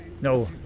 No